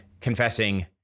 confessing